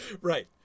Right